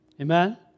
Amen